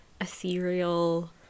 ethereal